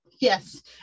yes